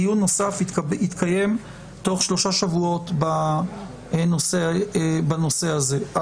דיון נוסף יתקיים תוך שלושה שבועות בנושא הזה.